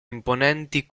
imponenti